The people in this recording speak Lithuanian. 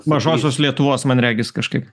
mažosios lietuvos man regis kažkaip